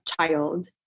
child